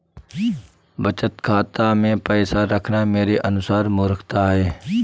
बचत खाता मैं पैसा रखना मेरे अनुसार मूर्खता है